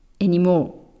anymore